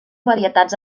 varietats